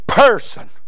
person